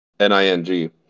n-i-n-g